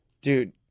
Dude